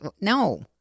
no